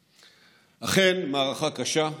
אכן, מערכה קשה,